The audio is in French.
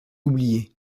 oublié